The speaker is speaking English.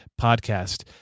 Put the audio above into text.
podcast